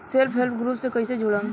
Self help group से कइसे जुड़म?